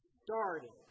started